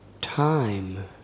time